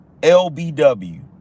LBW